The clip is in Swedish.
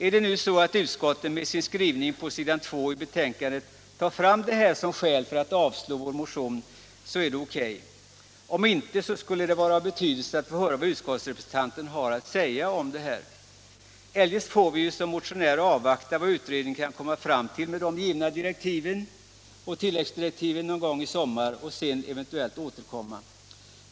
Är det nu så att utskottet med sin skrivning på s. 2 i betänkandet tar fram skälen för att avstyrka vår motion så är det O.K. Om inte, skulle det vara av betydelse att få höra vad utskottsrepresentanten har att säga om detta. Eljest får vi som motionärer avvakta vad utredningen kan komma fram till med de givna direktiven och tilläggsdirektiven någon gång i sommar och sedan eventuellt återkomma.